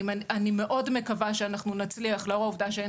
אני מאוד מקווה שאנחנו נצליח לאור העובדה שאין